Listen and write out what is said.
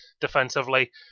defensively